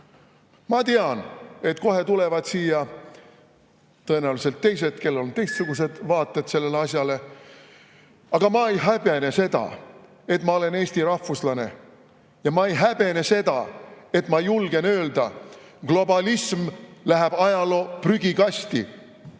Ma tean, et kohe tulevad siia tõenäoliselt teised, kellel on teistsugused vaated sellele asjale. Aga ma ei häbene seda, et ma olen eesti rahvuslane, ja ma ei häbene seda, et ma julgen öelda: "Globalism läheb ajaloo prügikasti!"